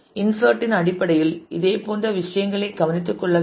insert இன் அடிப்படையில் இதே போன்ற விஷயங்களை கவனித்துக் கொள்ள வேண்டும்